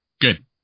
Good